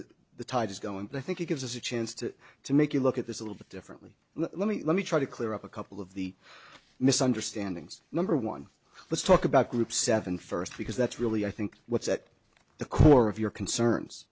with the tide is going to i think it gives us a chance to to make you look at this a little bit differently let me let me try to clear up a couple of the misunderstandings number one let's talk about group seven first because that's really i think what's at the core of your concerns